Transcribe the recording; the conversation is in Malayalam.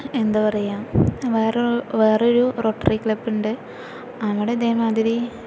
എന്താ പറയുക വേറെ വേറൊരു റോട്ടറി ക്ലബ്ബുണ്ട് അവിടെ ഇതേമാതിരി